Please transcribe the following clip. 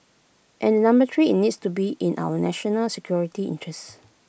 and number three IT needs to be in our national security interests